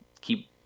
keep